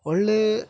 ಒಳ್ಳೆಯ